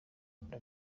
rwanda